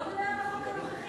בוא נדבר על החוק הנוכחי.